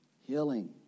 Healing